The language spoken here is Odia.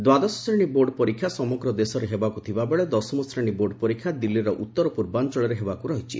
ଦ୍ୱାଦଶ ଶ୍ରେଣୀ ବୋର୍ଡ଼ ପରୀକ୍ଷା ସମଗ୍ର ଦେଶରେ ହେବାକୁ ଥିବାବେଳେ ଦଶମ ଶ୍ରେଶୀ ବୋର୍ଡ଼ ପରୀକ୍ଷା ଦିଲ୍ଲୀର ଉତ୍ତର ପୂର୍ବାଞ୍ଚଳରେ ହେବାକୁ ରହିଛି